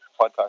podcast